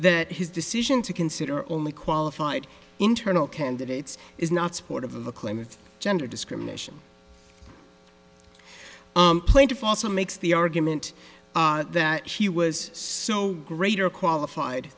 that his decision to consider only qualified internal candidates is not supportive of a claim of gender discrimination plaintiff also makes the argument that she was so greater qualified